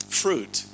fruit